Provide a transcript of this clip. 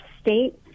state